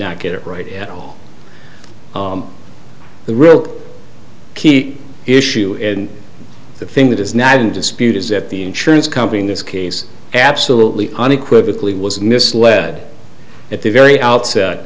not get it right at all the real key issue in the thing that is not in dispute is that the insurance company in this case absolutely unequivocally was misled at the very outset